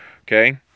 Okay